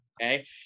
Okay